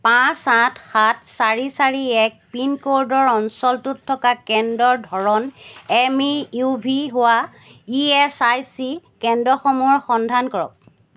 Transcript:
পাঁচ আঠ সাত চাৰি চাৰি এক পিনক'ডৰ অঞ্চলটোত থকা কেন্দ্ৰৰ ধৰণ এম ই ইউ ভি হোৱা ই এছ আই চি কেন্দ্ৰসমূহৰ সন্ধান কৰক